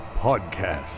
Podcast